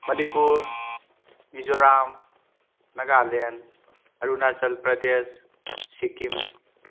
Manipur Mizoram Nagaland Arunachal Pradesh Sikkim